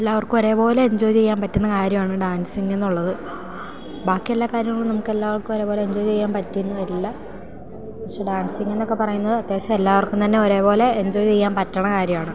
എല്ലാവർക്കും ഒരേപോലെ എഞ്ചോയ് ചെയ്യാൻ പറ്റുന്ന കാര്യമാണ് ഡാൻസിങ്ങെന്നുള്ളത് ബാക്കിയെല്ലാ കാര്യങ്ങളും നമുക്ക് എല്ലാവർക്കും ഒരേപോലെ എഞ്ചോയ് ചെയ്യാൻ പറ്റിയെന്നു വരില്ല പക്ഷേ ഡാൻസിങ്ങെന്നൊക്കെ പറയുന്നത് അത്യാവശ്യം എല്ലാവർക്കും തന്നെ ഒരേപോലെ എഞ്ചോയ് ചെയ്യാൻ പറ്റണ കാര്യമാണ്